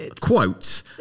quote